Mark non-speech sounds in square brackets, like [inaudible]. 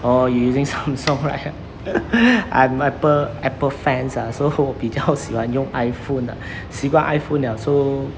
orh you using samsung right [noise] I'm I'm apple apple fans ah so 我比较喜欢用 iphone 的习惯 iphone liao so